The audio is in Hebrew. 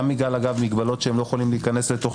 בגלל מגבלה שהם לא יכולים להיכנס לתוך